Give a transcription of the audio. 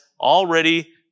already